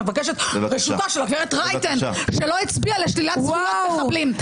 מבקשת את רשותה של הגב' רייטן שלא הצביעה לשלילת זכויות מחבלים.